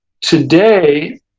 today